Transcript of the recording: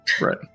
right